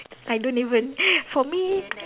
I don't even for me